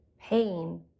pain